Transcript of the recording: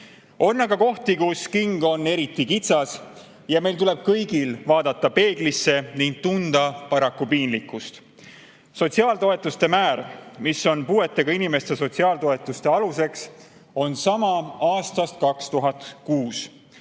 On aga kohti, kus king on eriti kitsas, ja meil kõigil tuleb vaadata peeglisse ning paraku tunda piinlikkust. Sotsiaaltoetuste määr, mis on puudega inimeste sotsiaaltoetuste aluseks, on sama aastast 2006: